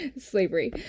slavery